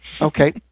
Okay